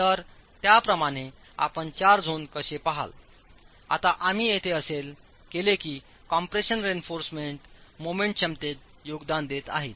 तर याप्रमाणे आपण चार झोन कसे पहाल आता आम्ही येथे असे केले की कॉम्प्रेशन रेइन्फॉर्समेंट मोमेंट क्षमतेत योगदान देत आहे